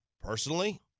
personally